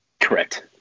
Correct